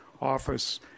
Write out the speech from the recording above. office